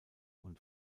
und